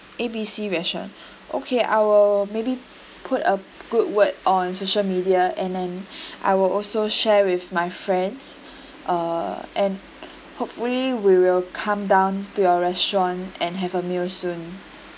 A B C restaurant okay I will maybe put a good word on social media and then I will also share with my friends uh and hopefully we will come down to your restaurant and have a meal soon